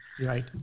right